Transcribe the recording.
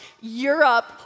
Europe